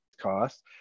costs